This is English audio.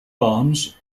arms